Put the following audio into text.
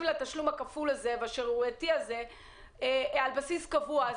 לתשלום הכפול השערורייתי הזה על בסיס קבוע.